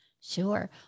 Sure